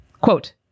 Quote